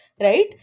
right